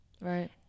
Right